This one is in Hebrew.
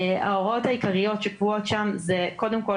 וההוראות העיקריות שקבועות שם זה קודם כל